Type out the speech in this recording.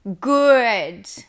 good